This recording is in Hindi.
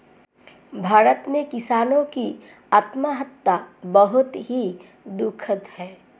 भारत में किसानों की आत्महत्या बहुत ही दुखद है